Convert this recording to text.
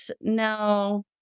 no